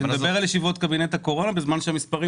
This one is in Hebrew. אני מדבר על ישיבות קבינט הקורונה בזמן שהמספרים